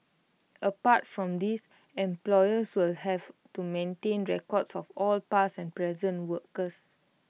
apart from these employers will also have to maintain records of all past and present workers